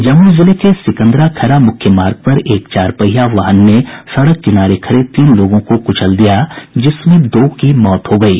जमुई जिले के सिकंदरा खैरा मुख्य मार्ग पर एक चार पहिया वाहन ने सड़क किनारे खड़े तीन लोगों को कुचल दिया जिसमें दो की मौत हो गयी